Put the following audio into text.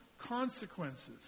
consequences